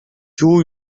юун